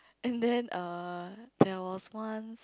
and then err there was once